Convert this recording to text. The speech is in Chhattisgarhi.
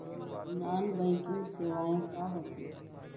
नॉन बैंकिंग सेवाएं का होथे